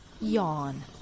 yawn